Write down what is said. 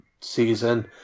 season